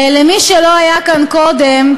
למי שלא היה כאן קודם,